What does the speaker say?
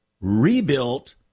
rebuilt